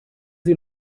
sie